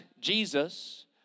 Jesus